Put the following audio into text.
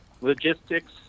Logistics